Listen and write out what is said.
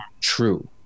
true